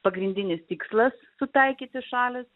pagrindinis tikslas sutaikyti šalis